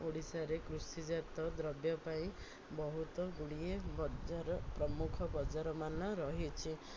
ଓଡ଼ିଶାରେ କୃଷିଜାତ ଦ୍ରବ୍ୟ ପାଇଁ ବହୁତ ଗୁଡ଼ିଏ ବଜାର ପ୍ରମୁଖ ବଜାରମାନ ରହିଛି